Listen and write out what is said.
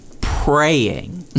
praying